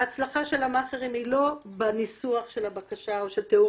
ההצלחה של המאכערים היא לא בניסוח של הבקשה או של תיאור